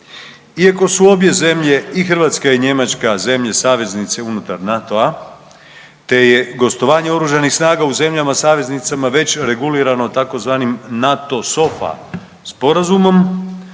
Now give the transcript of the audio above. iako su obje zemlje i Hrvatska i Njemačka zemlje saveznice unutar NATO-a te je gostovanje OS-a u zemljama saveznicama već regulirano tzv. NATO SOFA sporazumom,